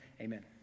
Amen